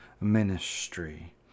ministry